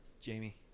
Jamie